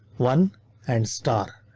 one and star.